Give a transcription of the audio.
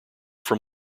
from